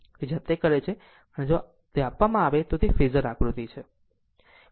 આ તે જાતે કરે છે અને જો આપવામાં આવે તો ફેઝર આકૃતિ છે